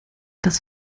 dass